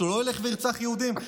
שלא ילך וירצח יהודים?